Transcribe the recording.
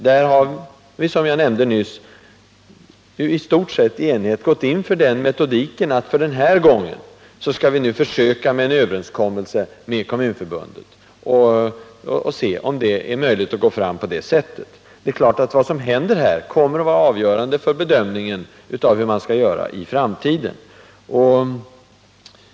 Där har vi, som jag nämnde nyss, i stort sett i enighet gått in för att pröva metodiken med en överenskommelse med Kommunförbundet och se om det är möjligt att gå fram på det sättet. Vad som händer nu kommer givetvis att vara avgörande för bedömningen av hur man skall göra i framtiden.